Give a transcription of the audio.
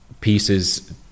pieces